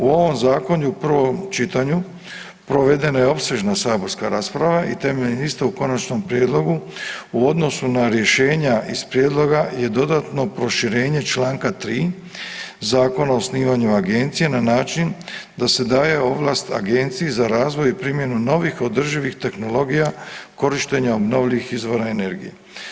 U ovom zakonu u prvom čitanju provedena je opsežna saborska rasprava i temeljem iste u konačnom prijedlogu u odnosu na rješenja iz prijedloga je dodatno proširenje čl. 3. Zakona o osnivanju agencije na način da se daje ovlast Agenciji za razvoj i primjenu novih održivih tehnologija korištenja obnovljivih izvora energije.